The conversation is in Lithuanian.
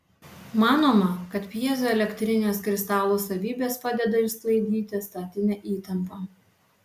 manoma kad pjezoelektrinės kristalų savybės padeda išsklaidyti statinę įtampą